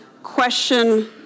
Question